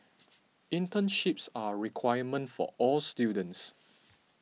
internships are requirement for all students